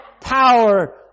power